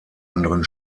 anderen